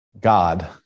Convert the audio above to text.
God